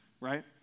right